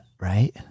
right